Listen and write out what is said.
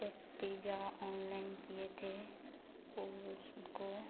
एक pizza online किए थे ओ उसको